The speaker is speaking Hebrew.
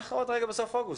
אנחנו עוד רגע בסוף אוגוסט,